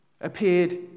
appeared